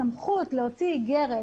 הסמכות להוציא איגרת